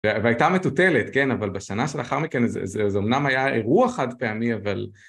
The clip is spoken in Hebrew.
והייתה מטוטלת, כן, אבל בשנה שלאחר מכן זה אמנם היה אירוע חד פעמי, אבל